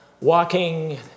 walking